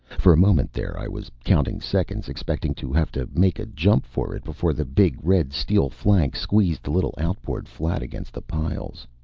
for a moment there, i was counting seconds, expecting to have to make a jump for it before the big red steel flank squeezed the little outboard flat against the piles.